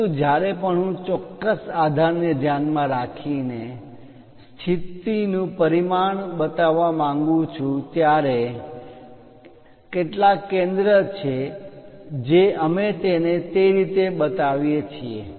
પરંતુ જ્યારે પણ હું ચોક્કસ આધાર ને ધ્યાનમાં રાખીને સ્થિતિનું પરિમાણ બતાવવા માંગું છું ત્યાંરે કેટલાક કેન્દ્ર છે જે અમે તેને તે રીતે બતાવીએ છીએ